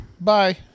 Bye